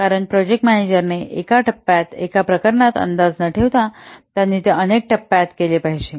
कारण प्रोजेक्ट मॅनेजरांनी एका टप्प्यात एका प्रकरणात अंदाज न ठेवता त्यांनी ते अनेक टप्प्यात केले पाहिजे